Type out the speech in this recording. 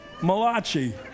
Malachi